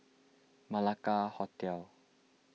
Malacca Hotel